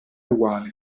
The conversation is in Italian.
uguale